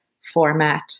format